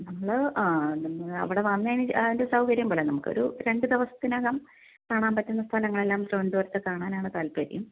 നമ്മൾ ആ നമ്മൾ അവിടെ വന്നതിന് ശേഷം അതിൻറെ സൗകര്യംപോലെ നമുക്കൊരു രണ്ടുദിവസത്തിനകം കാണാൻ പറ്റുന്ന സ്ഥലങ്ങളെല്ലാം തിരുവനന്തപുരത്തു കാണാനാണ് താൽപര്യം